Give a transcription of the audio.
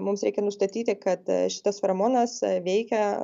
mums reikia nustatyti kad šitas feromonas veikia